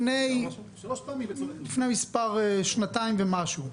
לפני שנתיים ומשהו.